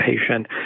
patient